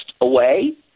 away